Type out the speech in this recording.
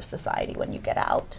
of society when you get out